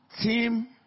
team